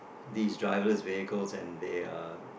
these driverless vehicles and they are